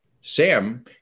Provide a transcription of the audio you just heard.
Sam